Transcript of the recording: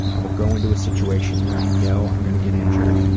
i will go into a situation where i know i'm gunna get injured,